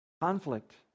Conflict